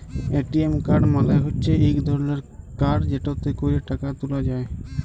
ATM card মালে হচ্যে ইক ধরলের কাড় যেটতে ক্যরে টাকা ত্যুলা যায়